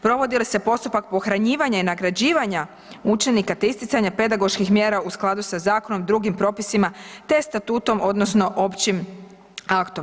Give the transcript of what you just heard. Provodi li se postupak pohranjivanja i nagrađivanja učenika te isticanja pedagoških mjera u skladu sa zakonom i drugim propisima, te statutom odnosno općim aktom.